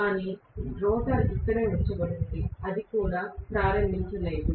కానీ రోటర్ ఇక్కడే ఉంచబడి ఉంది అది కూడా ప్రారంభించబడలేదు